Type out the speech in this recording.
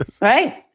Right